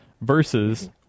versus